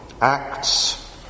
Acts